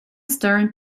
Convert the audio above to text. stern